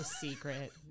secret